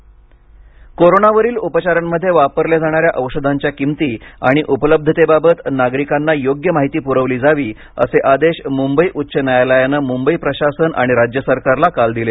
औषध पुरवठा कोरोनावरील उपचारांमध्ये वापरल्या जाणाऱ्या औषधांच्या किमती आणि उपलब्धतेबाबत नागरिकांना योग्य माहिती पुरवली जावी असे आदेश मुंबई उच्च न्यायालयानं मुंबई प्रशासन आणि राज्य सरकारला काल दिले